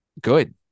good